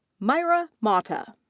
maira mata.